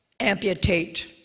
Amputate